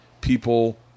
people